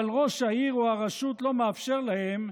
אבל ראש העיר או הרשות לא מאפשר להם,